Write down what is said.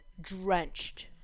drenched